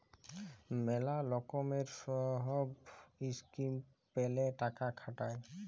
ম্যালা লকমের সহব ইসকিম প্যালে টাকা খাটায়